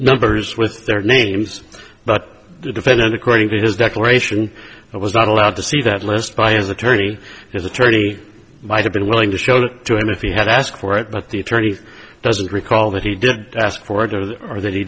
numbers with their names but the defendant according to his declaration was not allowed to see that list by his attorney his attorney might have been willing to show it to him if he had asked for it but the attorney doesn't recall that he did ask for it or that or that he